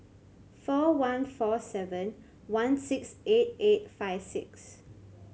four one four seven one six eight eight five six